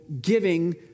giving